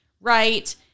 right